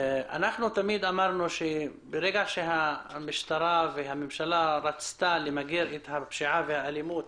אמרנו תמיד שברגע שהמשטרה רצתה למגר את הפשיעה והאלימות